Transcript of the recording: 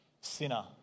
sinner